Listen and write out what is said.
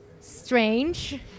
Strange